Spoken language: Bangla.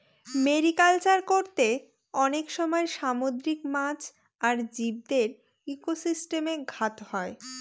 মেরিকালচার করতে অনেক সময় সামুদ্রিক মাছ আর জীবদের ইকোসিস্টেমে ঘাত হয়